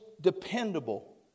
dependable